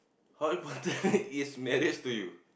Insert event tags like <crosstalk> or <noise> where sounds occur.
how <laughs> important is marriage to you